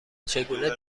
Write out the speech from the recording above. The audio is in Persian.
چگونه